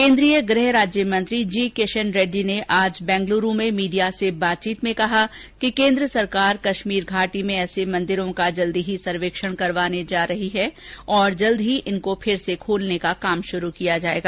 केन्द्रीय गृह राज्यमंत्री जी किशन रेड्डी ने आज बैंगलूरू में मीडिया से बातचीत में कहा कि केन्द्र सरकार कश्मीर घाटी में ऐसे मंदिरों का जल्दी ही सर्वेक्षण करवाने जा रही है और जल्द ही इनको फिर से खोलने पर काम शुरू किया जायेगा